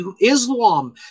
Islam